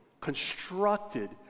constructed